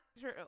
true